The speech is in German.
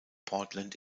portland